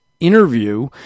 interview